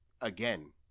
again